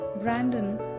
Brandon